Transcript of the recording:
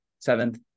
Seventh